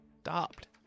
stopped